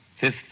Fifth